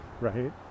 right